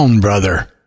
brother